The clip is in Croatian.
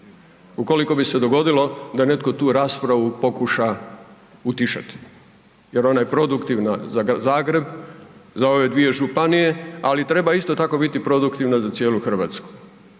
ukoliko bi se dogodilo da netko tu raspravu pokuša utišati jer ona je produktivna za Zagreb, za ove dvije županije, ali treba isto tako biti produktivna za cijelu RH,